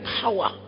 power